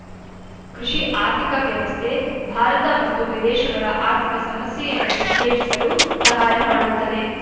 ಕೃಷಿ ಆರ್ಥಿಕ ವ್ಯವಸ್ಥೆ ಭಾರತ ಮತ್ತು ವಿದೇಶಗಳ ಆರ್ಥಿಕ ಸಮಸ್ಯೆಯನ್ನು ವಿಶ್ಲೇಷಿಸಲು ಸಹಾಯ ಮಾಡುತ್ತದೆ